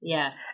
Yes